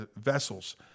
vessels